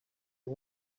you